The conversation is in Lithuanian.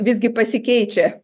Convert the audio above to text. visgi pasikeičia